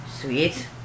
Sweet